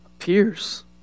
appears